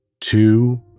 two